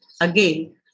again